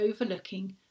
overlooking